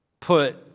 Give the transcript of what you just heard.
Put